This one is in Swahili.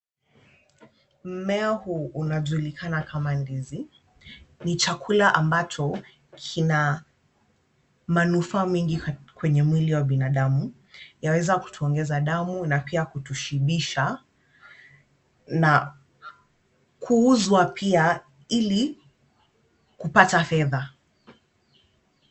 Mimea huu unajulikana kama ndizi, ni chakula ambacho kina manufaa mengi kwenye mwili wa binadamu. Yaweza kutuongeza damu na pia kutushibisha na kuuzwa pia ili kupata fedha.